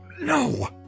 No